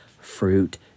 fruit